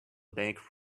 bank